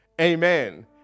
amen